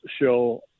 show